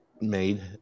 made